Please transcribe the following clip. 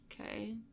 Okay